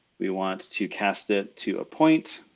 we want to cast it to a point